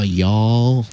y'all